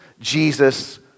Jesus